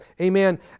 Amen